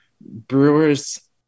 Brewers